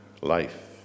life